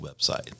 website